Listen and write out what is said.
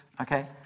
okay